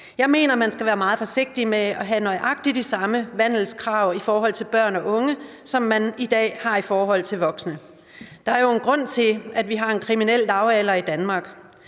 Jeg mener, man skal være meget forsigtig med at have nøjagtig de samme vandelskrav for børn og unge, som man i dag har for voksne. Der er jo en grund til, at vi har en kriminel lavalder i Danmark.